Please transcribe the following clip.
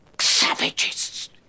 savages